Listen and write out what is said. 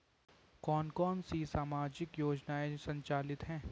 कौन कौनसी सामाजिक योजनाएँ संचालित है?